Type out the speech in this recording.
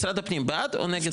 משרד הפנים בעד או נגד החוק?